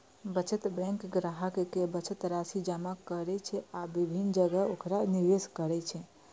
बचत बैंक ग्राहक के बचत राशि जमा करै छै आ विभिन्न जगह ओकरा निवेश करै छै